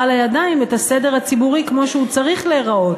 לידיה את הסדר הציבורי כמו שהוא צריך להיראות,